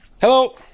Hello